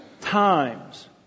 times